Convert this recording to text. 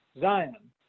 Zion